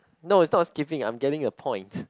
no its not skipping I'm getting a point